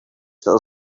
that